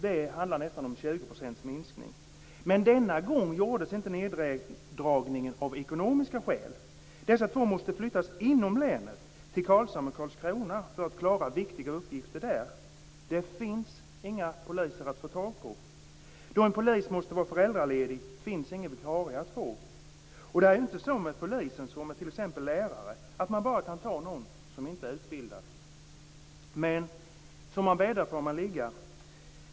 Det handlar om nästan 20 % minskning. Men denna gång gjordes inte neddragningen av ekonomiska skäl. De två poliserna måste flyttas inom länet till Karlshamn och Karlskrona för att klara viktiga uppgifter där. Det finns inga poliser att få tag på. Då en polis måste vara föräldraledig finns ingen vikarie att få. Det är ju inte så med poliser som med t.ex. lärare att man bara kan ta någon som inte är utbildad. Men som man bäddar får man ligga.